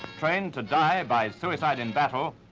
trained to die by suicide in battle,